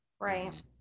Right